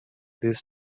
this